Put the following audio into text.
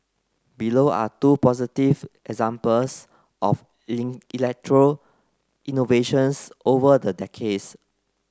below are two positive examples of in electoral innovations over the decades